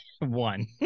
one